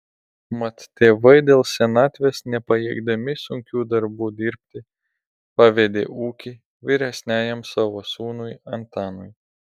mat tėvai dėl senatvės nepajėgdami sunkių darbų dirbti pavedė ūkį vyresniajam savo sūnui antanui